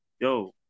yo